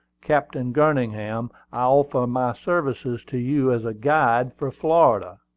captain garningham, i offer my services to you as a guide for florida.